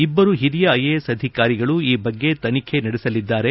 ಇಬ್ಲರು ಹಿರಿಯ ಐಎಎಸ್ ಅಧಿಕಾರಿಗಳು ಈ ಬಗ್ಗೆ ತನಿಖೆ ನಡೆಸಲಿದ್ದಾರೆ